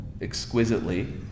exquisitely